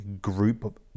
group